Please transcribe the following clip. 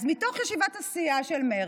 אז מתוך ישיבת הסיעה של מרצ,